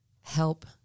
help